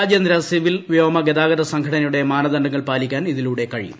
രാജ്യാന്തര സിവിൽ വ്യോമ ഗതാഗത സംഘടനയുടെ മാനദണ്ഡങ്ങൾ പാലിക്കാൻ ഇതിലൂടെ കഴിയും